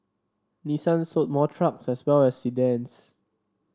Nissan sold more trucks as well as sedans